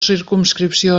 circumscripció